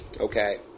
Okay